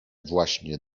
właśnie